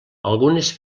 algunes